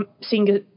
seeing